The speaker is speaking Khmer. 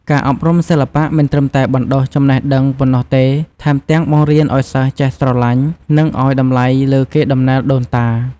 ការអប់រំសិល្បៈមិនត្រឹមតែបណ្តុះចំណេះដឹងប៉ុណ្ណោះទេ ថែមទាំងបង្រៀនឱ្យសិស្សចេះស្រឡាញ់ និងឱ្យតម្លៃលើកេរដំណែលដូនតា។